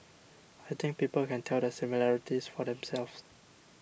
I think people can tell the similarities for themselves